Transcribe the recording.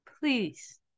Please